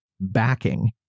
backing